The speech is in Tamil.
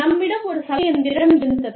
நம்மிடம் ஒரு சலவை இயந்திரம் இருந்தது